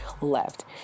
left